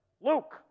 Luke